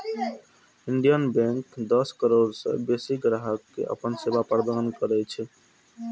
Indian bank दस करोड़ सं बेसी ग्राहक कें अपन सेवा प्रदान करै छै